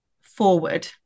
forward